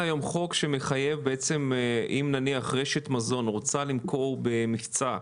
נניח רשת מזון רוצה למכור במבצע,